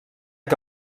que